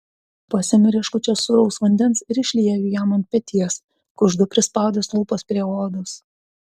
pasemiu rieškučias sūraus vandens ir išlieju jam ant peties kuždu prispaudęs lūpas prie odos